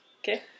okay